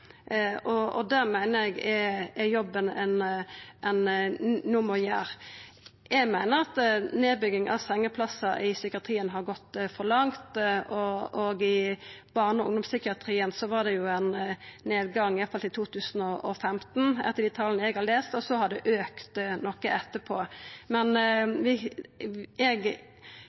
Og det meiner eg er jobben ein no må gjera. Eg meiner at nedbygging av sengeplassar i psykiatrien har gått for langt. I barne- og ungdomspsykiatrien var det ein nedgang iallfall til 2015, etter dei tala eg har lese, og så har det auka noko etterpå. Men eg